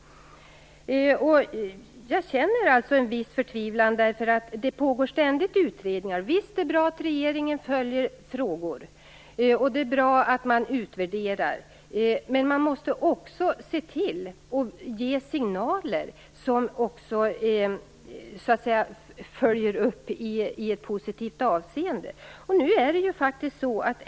Jag känner en viss förtvivlan. Det pågår ständigt utredningar. Visst är det bra att regeringen följer frågor, och det är bra att man utvärderar. Men man måste också se till att ge signaler som följer upp i ett positivt avseende.